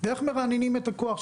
ואיך מרעננים את הכוח,